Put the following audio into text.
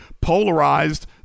polarized